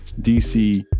DC